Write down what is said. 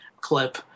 clip